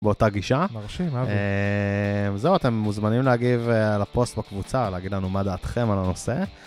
באותה גישה, זהו אתם מוזמנים להגיב לפוסט בקבוצה, להגיד לנו מה דעתכם על הנושא.